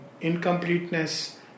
incompleteness